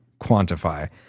quantify